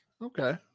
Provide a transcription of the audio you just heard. okay